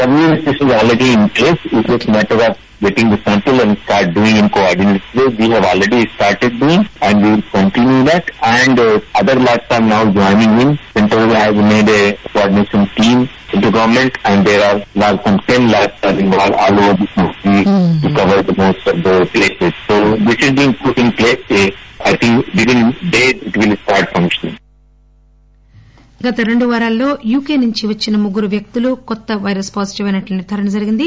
byte గత రెండు వారాల్లో యూకే నుంచి వచ్చిన ముగ్గురు వ్యక్తులు కొత్త పైరస్ పాజిటివ్ అయినట్టు నిర్దారణ జరిగింది